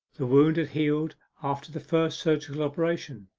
the wound had healed after the first surgical operation,